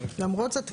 למרות זאת,